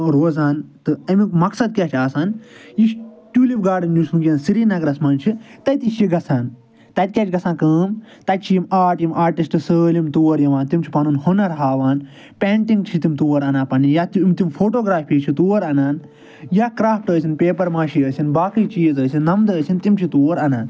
روزان تہٕ امیک مقصد کیٛاہ چھُ آسان یہ چھُ ٹیولِپ گاڈن یُس ونکٮ۪نس سرینگرس منٛز چھُ تتی چھُ یہ گژھان تتہِ یٚاہ چھِ گژھان کٲم تتہِ چھِ یِم آرٹ یِم آرٹسٹ سٲلِم تور یِوان تِم چھِ پنُن ہنٛر ہاوان پٮ۪نٹِنگ چھِ تِم تور انان پنٕنۍ یا تم فوٹوگرافی چھِ تور انان یا کرافٹ ٲسِن پیپرماشی ٲسِن باقی چیٖز ٲسِن نمدٕ ٲسِن تِم چھِ تور انان